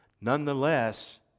Nonetheless